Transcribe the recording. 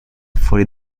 fuori